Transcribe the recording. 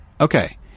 Okay